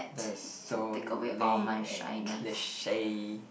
that's so lame and cliche